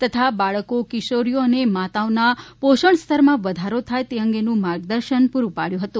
તથા બાળકો કિશોરીઓ અને માતાઓના પોષણ સ્તરમાં વધારો થાય તે અંગેનું માર્ગદર્શન પુરુ પાડ્યું હતું